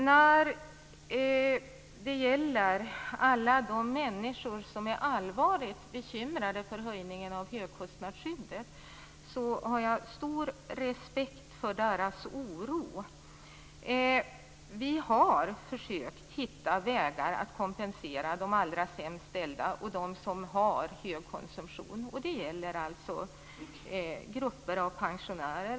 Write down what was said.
När det gäller alla de människor som är allvarligt bekymrade för höjningen av högkostnadsskyddet vill jag säga att jag har stor respekt för deras oro. Vi har försökt hitta vägar att kompensera de allra sämst ställda och dem som har hög konsumtion. Det gäller grupper av pensionärer.